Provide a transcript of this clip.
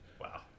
Wow